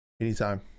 Anytime